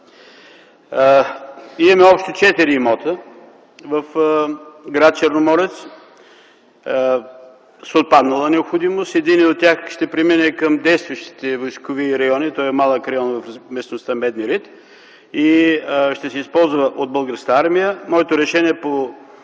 Имаме общо четири имота в гр. Черноморец с отпаднала необходимост. Единият от тях ще премине към действащите войскови райони. Той е малък район, в местността „Медни рид” и ще се използва от Българската армия. Моето решение по